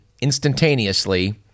instantaneously